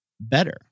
better